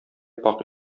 пакь